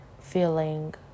feeling